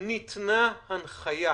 ניתנה הנחיה